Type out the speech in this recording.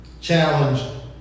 challenge